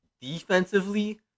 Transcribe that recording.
defensively